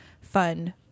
fun